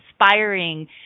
inspiring